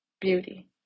beauty